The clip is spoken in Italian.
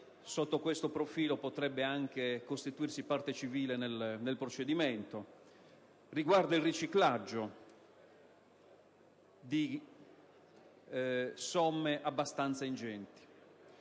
sotto questo profilo, potrebbe costituirsi parte civile nel provvedimento) ed il riciclaggio di somme abbastanza ingenti.